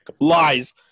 Lies